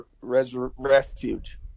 refuge